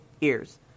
ears